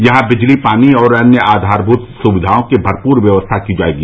यहां बिजली पानी और अन्य आधारभूत सुविधाओं की भरपूर व्यवस्था की जायेगी